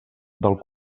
del